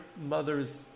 mothers